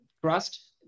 trust